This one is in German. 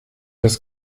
das